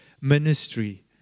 ministry